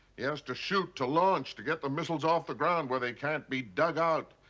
he has to shoot, to launch, to get the missiles off the ground where they can't be dug out.